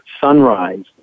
Sunrise